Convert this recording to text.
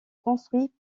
construits